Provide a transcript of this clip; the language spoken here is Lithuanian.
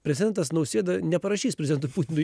prezidentas nausėda neparašys prezidentui putinui